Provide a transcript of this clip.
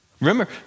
Remember